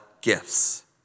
gifts